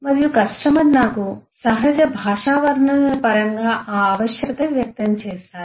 మరియు కస్టమర్ నాకు సహజ భాషా వర్ణనల పరంగా ఆ ఆవశ్యకత వ్యక్తం చేశారు